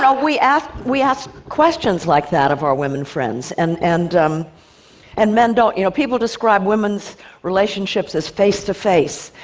we ask we ask questions like that of our women friends, and and um and men don't. you know, people describe women's relationships as face-to-face,